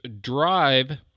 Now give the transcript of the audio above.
drive